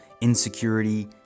insecurity